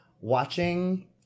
Watching